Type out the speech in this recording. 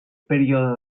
període